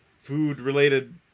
food-related